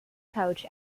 coach